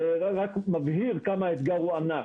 זה רק מבהיר כמה האתגר הוא ענק,